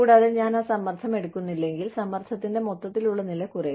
കൂടാതെ ഞാൻ ആ സമ്മർദ്ദം എടുക്കുന്നില്ലെങ്കിൽ സമ്മർദ്ദത്തിന്റെ മൊത്തത്തിലുള്ള നില കുറയും